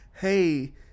hey